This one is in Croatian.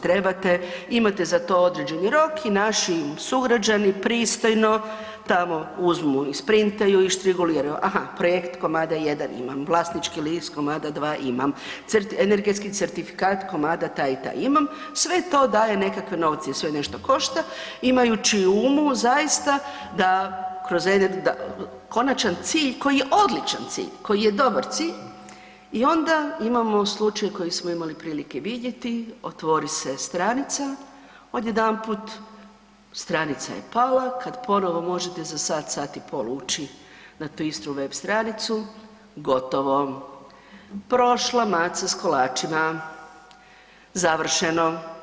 trebate, imate za to određeni rok i naši sugrađani pristojno tamo uzmu, isprintaju i štriguliraju, aha, projekt komada 1 imam, vlasnički list komada 2 imam, energetski certifikat komada taj i taj imam, sve to daje nekakve novce i sve nešto košta imajući u umu zaista da kroz, da konačan cilj koji je odličan cilj, koji je dobar cilj i onda imamo slučaj koji smo imali prilike vidjeti, otvori se stranica, odjedanput stranica je pala, kad ponovo možete za sat, sat i pol ući na tu istu web stranicu, gotovo, prošla maca s kolačima, završeno.